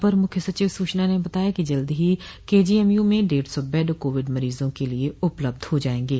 अपर मुख्य सचिव सूचना ने बताया कि जल्द ही केजीएमयु में डेढ़ सौ बेड कोविड मरीजों के लिये उपलब्ध हो जायेंगे